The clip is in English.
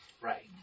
Right